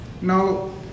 now